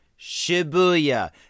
Shibuya